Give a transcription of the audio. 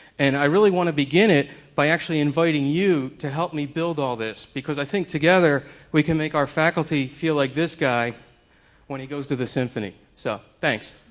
and i really want to begin it by actually inviting you to help me build all this. because i think together we can make our faculty feel like this guy when he goes to the symphony. so, thanks!